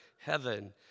heaven